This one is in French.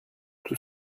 tout